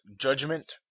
Judgment